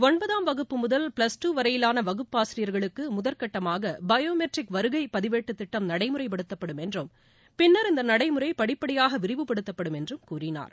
ஒன்பதாம் வகுப்பு முதல் பிளஸ் டூ வரையிலான வகுப்பு ஆசிரியர்களுக்கு முதற்கட்டமாக பயோ மெட்ரிக் வருகை பதிவேட்டுத்திட்டம் நடைமுறைப்படுத்தப்படும் என்றும் பின்னர் இந்த நடைமுறை படிப்படியாக விரிவுபடுத்தப்படும் என்றும் கூறினார்